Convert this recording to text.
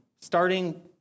Starting